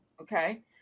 Okay